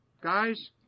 guys